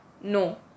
No